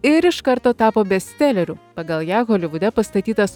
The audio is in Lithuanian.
ir iš karto tapo bestseleriu pagal ją holivude pastatytas